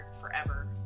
forever